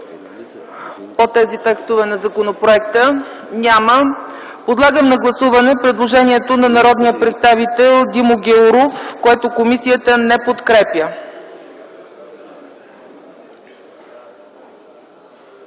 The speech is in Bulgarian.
по тези текстове на законопроекта? Няма. Подлагам на гласуване предложението на народния представител Димо Гяуров, което комисията не подкрепя.